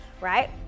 right